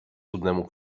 cudnemu